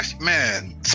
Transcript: Man